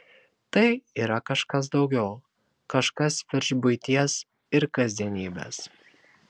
tai yra kažkas daugiau kažkas virš buities ir kasdienybės